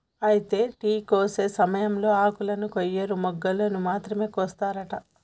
అయితే టీ కోసే సమయంలో ఆకులను కొయ్యరు మొగ్గలు మాత్రమే కోస్తారట